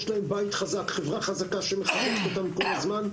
להם בית חזק וחברה חזקה שמחזקים אותם כל הזמן,